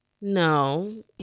No